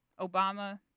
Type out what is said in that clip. Obama